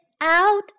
out